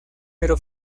pero